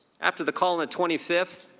after the call on the twenty fifth,